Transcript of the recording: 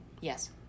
Yes